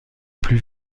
plus